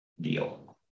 deal